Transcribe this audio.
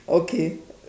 okay